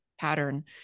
pattern